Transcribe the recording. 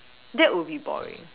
that would be boring